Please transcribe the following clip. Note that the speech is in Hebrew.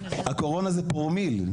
הקורונה זה פרומיל,